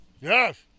Yes